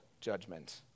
judgment